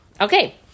Okay